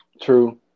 True